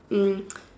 um